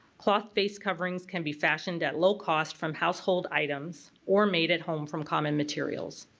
cloth face coverings can be fashioned at low cost from household items or made at home from common materials.